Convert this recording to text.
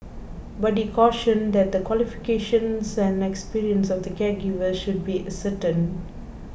but he cautioned that the qualifications and experience of the caregivers should be ascertained